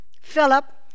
Philip